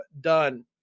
done